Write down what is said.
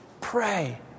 Pray